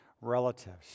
relatives